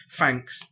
Thanks